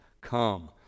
come